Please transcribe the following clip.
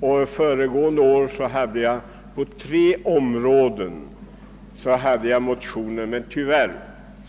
Förra året väckte jag i sådant syfte motioner på tre områden, men tyvärr